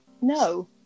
No